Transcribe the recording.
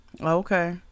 Okay